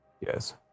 Yes